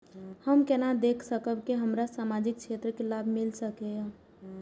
हम केना देख सकब के हमरा सामाजिक क्षेत्र के लाभ मिल सकैये?